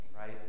right